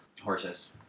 Horses